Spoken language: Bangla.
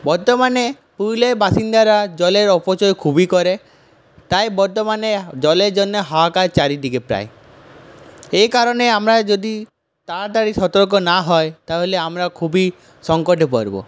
বর্তমানে পুরুলিয়ার বাসিন্দারা জলের অপচয় খুবই করে তাই বর্তমানে জলের জন্য হাহাকার চারিদিকে প্রায় এই কারণে আমরা যদি আমরা তাড়াতাড়ি সতর্ক না হয় তাহলে আমরা খুব সংকটে পড়ব